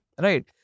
Right